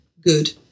good